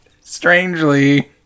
Strangely